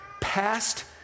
past